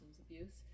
abuse